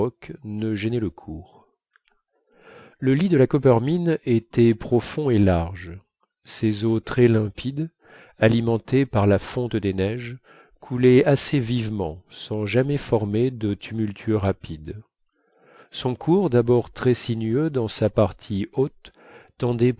ne gênait le cours le lit de la coppermine était profond et large ses eaux très limpides alimentées par la fonte des neiges coulaient assez vivement sans jamais former de tumultueux rapides son cours d'abord très sinueux dans sa partie haute tendait